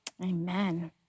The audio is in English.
Amen